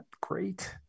great